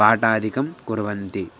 पाठादिकं कुर्वन्ति